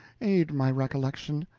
aid my recollection,